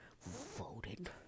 voted